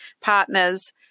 partners